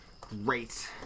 Great